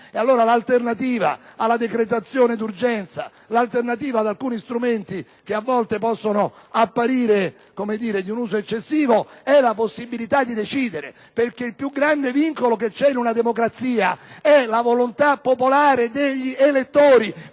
L'alternativa alla decretazione d'urgenza, l'alternativa ad alcuni strumenti il cui uso, a volte, può apparire eccessivo è la possibilità di decidere, perché il più grande vincolo di una democrazia è la volontà popolare degli elettori,